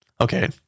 Okay